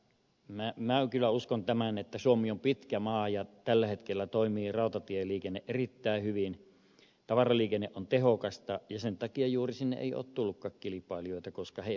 minä kyllä uskon tämän että koska suomi on pitkä maa ja tällä hetkellä toimii rautatieliikenne erittäin hyvin tavaraliikenne on tehokasta sen takia juuri sinne ei ole tullutkaan kilpailijoita koska he eivät pärjää